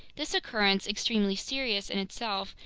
this occurrence, extremely serious in itself,